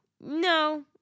No